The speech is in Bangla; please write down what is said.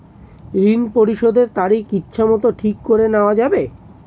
ঋণ পরিশোধের তারিখ ইচ্ছামত ঠিক করে নেওয়া যাবে?